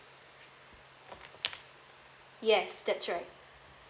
yes that's right